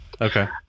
Okay